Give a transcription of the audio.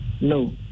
no